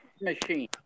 machine